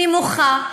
נמוכה,